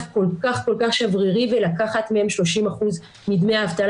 כל כך שברירי ולקחת מהם 30% מדמי האבטלה,